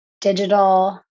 digital